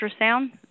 ultrasound